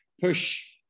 push